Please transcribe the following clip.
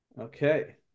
Okay